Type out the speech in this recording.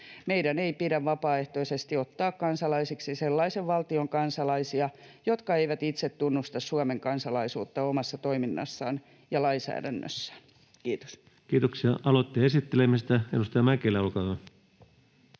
Meidän ei pidä vapaaehtoisesti ottaa kansalaisiksi sellaisen valtion kansalaisia, joka ei itse tunnusta Suomen kansalaisuutta omassa toiminnassaan ja lainsäädännössään. — Kiitos. [Speech 302] Speaker: Ensimmäinen varapuhemies